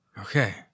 Okay